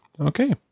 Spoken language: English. Okay